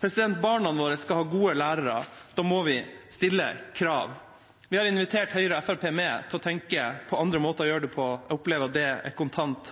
på? Barna våre skal ha gode lærere. Da må vi stille krav. Vi har invitert Høyre og Fremskrittspartiet med til å tenke på andre måter å gjøre det på – og opplever at det blir kontant